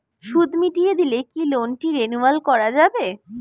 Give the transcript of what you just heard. সুদ মিটিয়ে দিলে কি লোনটি রেনুয়াল করাযাবে?